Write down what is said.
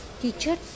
teacher